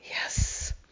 Yes